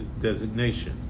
designation